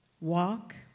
walk